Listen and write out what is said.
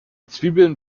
zwiebeln